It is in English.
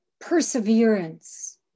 perseverance